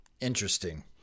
Interesting